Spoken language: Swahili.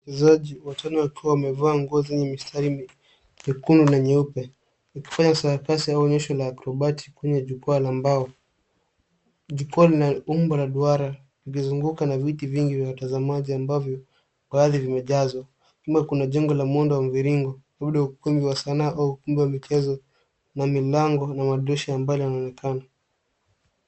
Waigizaji watano wakiwa wamevaa nguo nyekundu na nyeupe wakifanya sarakasi au onyesho la akrobati kwenye jukwa la mbao. Jukwa lina umbo la duara likizungukwa na viti vingi vya watazamajia ambavyo baadhi zimejazwa. Nyuma kuna jengo la muundo wa mviringo, labda ukumbi wa sanaa au ukumbi wa michezo na milango na madirisha amabyo yanaonekana.